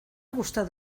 gustado